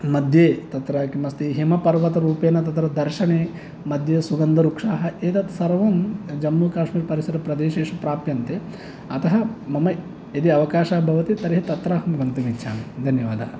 मध्ये तत्र किमस्ति हिमपर्वतरूपेण तत्र दर्शने मध्ये सुगन्धवृक्षाः एतत् सर्वं जम्मूकाश्मीर् परिसरप्रदेशेषु प्राप्यन्ते अतः मम यदि अवकाशः भवति तर्हि तत्र अहं गन्तुमिच्छामि धन्यवादः